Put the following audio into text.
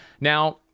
Now